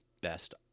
best